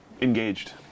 engaged